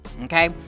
okay